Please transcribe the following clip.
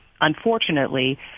unfortunately